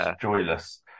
joyless